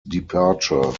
departure